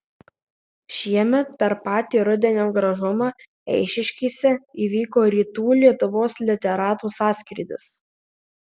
šiemet per patį rudenio gražumą eišiškėse įvyko rytų lietuvos literatų sąskrydis